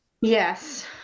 Yes